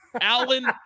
Alan